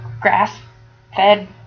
grass-fed